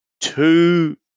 two